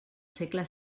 segle